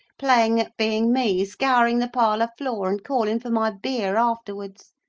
playing at being me scouring the parlour floor, and calling for my beer afterwards.